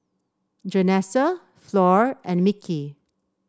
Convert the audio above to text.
Janessa Flor and Mickey